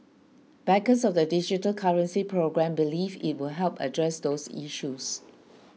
backers of the digital currency programme believe it will help address those issues